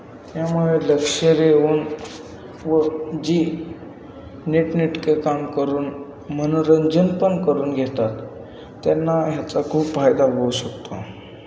यामुळे लक्ष देऊन व जे नीटनेटके काम करून मनोरंजन पण करून घेतात त्यांना ह्याचा खूप फायदा होऊ शकतो